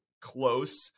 close